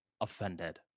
offended